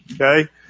Okay